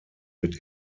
mit